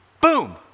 boom